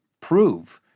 prove